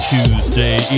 Tuesday